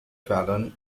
fallon